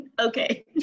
Okay